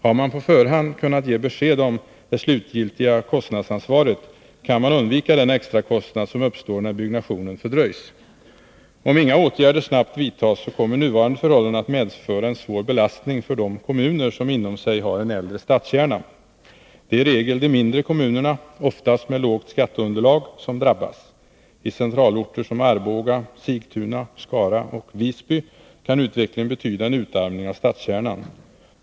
Har man i förväg fått besked om kostnadsansvaret, kan man undvika den extrakostnad som uppstår när byggnationen fördröjs. Om inga åtgärder snabbt vidtas kommer nuvarande förhållanden att medföra en svår belastning för de kommuner som inom sig har en äldre stadskärna. Det är i regel de mindre kommunerna — oftast med lågt skatteunderlag — som drabbas. I centralorter som Arboga, Sigtuna, Skara och Visby kan utvecklingen betyda en utarmning av stadskärnan.